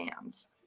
hands